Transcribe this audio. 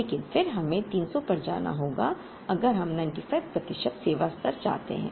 लेकिन फिर हमें 300 पर जाना होगा अगर हम 95 प्रतिशत सेवा स्तर चाहते हैं